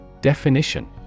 Definition